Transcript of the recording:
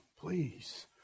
please